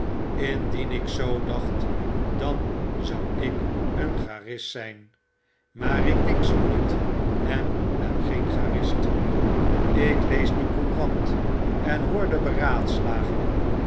indien ik zoo dacht dan zou ik een chartist zyn maar ik denk zoo niet en ben geen chartist ik lees de courant en hoor de beraadslagingen